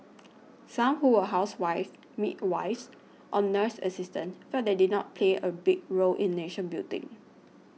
some who were housewives midwives or nurse assistants felt that they did not play a big role in nation building